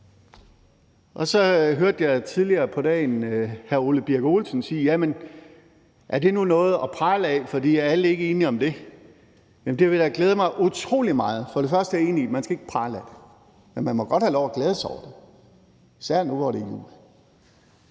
Så hørte jeg tidligere på dagen hr. Ole Birk Olesen sige: Jamen er det nu noget at prale af, for er alle ikke enige om det? Først vil jeg sige, at jeg er enig i, at man ikke skal prale af det, men man må godt have lov at glæde sig over det, især nu, hvor det er jul.